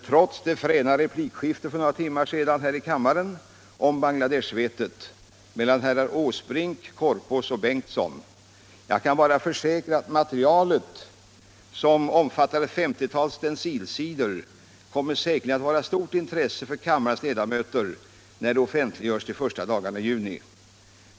trots det fräna replikskiftet för några timmar sedan här i kammaren om Bangladesh mellan ledamöterna Måbrink, Ullsten och förste vice talman Bengtson. Jag kan bara försäkra att materialet, som omfattar ett femtiotal stencilsidor. säkerligen kommer att vara av stort intresse för kammarens ledamöter när det offentliggörs de första dagarna i juni.